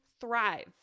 thrive